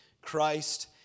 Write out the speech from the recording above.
Christ